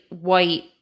white